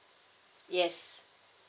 yes